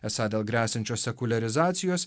esą dėl gresiančios sekuliarizacijos